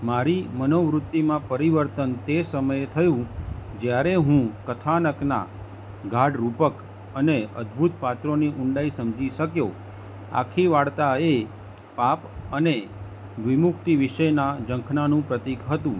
મારી મનોવૃત્તિમાં પરિવર્તન તે સમયે થયું જ્યારે હું કથાનકના ગાઢરૂપક અને અદ્ભુત પાત્રોની ઊંડાઈ સમજી શક્યો આખી વાર્તાએ પાપ અને વિમુક્તિ વિશેના ઝંખનાનું પ્રતીક હતું